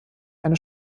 eine